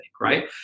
right